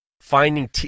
finding